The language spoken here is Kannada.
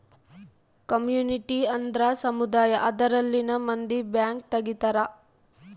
ಕಮ್ಯುನಿಟಿ ಅಂದ್ರ ಸಮುದಾಯ ಅದರಲ್ಲಿನ ಮಂದಿ ಬ್ಯಾಂಕ್ ತಗಿತಾರೆ